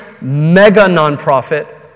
mega-nonprofit